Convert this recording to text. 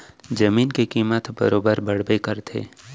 जमीन के कीमत ह बरोबर बड़बे करथे